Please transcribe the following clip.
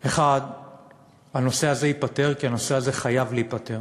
1. הנושא הזה ייפתר, כי הנושא הזה חייב להיפתר,